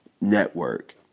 network